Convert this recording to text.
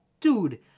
dude